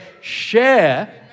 share